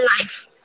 life